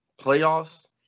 playoffs